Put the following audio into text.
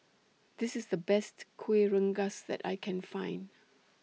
This IS The Best Kuih Rengas that I Can Find